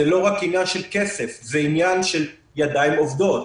זה לא רק עניין של כסף, זה עניין של ידיים עובדות.